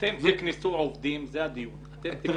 אתם תקנסו עובדים שלכם?